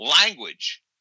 Language